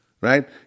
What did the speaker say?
Right